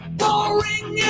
boring